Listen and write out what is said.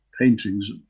paintings